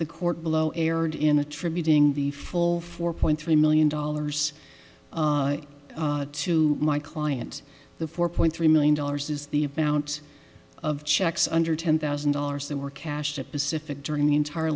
the court below erred in attributing the full four point three million dollars to my client the four point three million dollars is the bounce of checks under ten thousand dollars they were cash to pacific during the entire